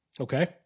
Okay